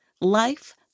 life